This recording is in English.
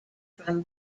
from